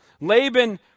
Laban